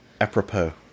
apropos